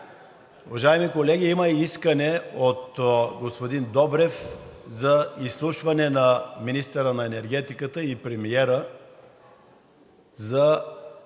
Уважаеми колеги, има искане от господин Добрев за изслушване на министъра на енергетиката и на премиера за